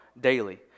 daily